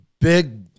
big